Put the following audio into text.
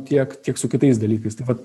tiek tiek su kitais dalykais tai vat